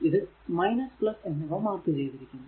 ഇത് എന്നിവ മാർക്ക് ചെയ്തിരിക്കുന്നു